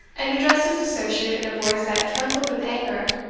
and addressed his associate in a voice that trembled with anger.